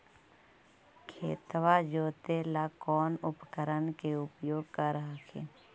खेतबा जोते ला कौन उपकरण के उपयोग कर हखिन?